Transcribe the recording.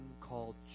called